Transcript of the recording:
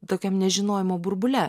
tokiam nežinojimo burbule